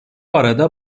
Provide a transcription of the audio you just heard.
arada